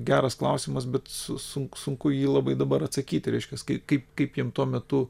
geras klausimas bet su sunku sunku į jį labai dabar atsakyti reiškias kaip kaip kaip jiem tuo metu